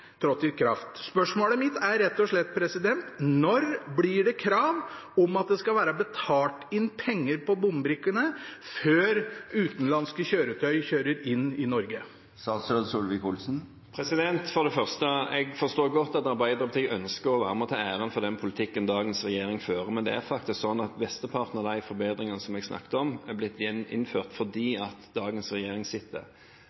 trådt i kraft. Spørsmålet mitt er rett og slett: Når blir det krav om at det skal være betalt inn penger på bombrikkene før utenlandske kjøretøy kjører inn i Norge? For det første: Jeg forstår godt at Arbeiderpartiet ønsker å være med og ta æren for den politikken dagens regjering fører, men det er faktisk sånn at flesteparten av de forbedringene som jeg snakket om, er blitt